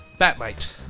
Batmite